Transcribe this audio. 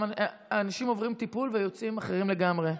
האנשים עוברים טיפול ויוצאים אחרים לגמרי.